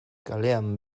kalean